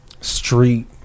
street